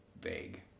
vague